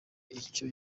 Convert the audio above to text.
icyo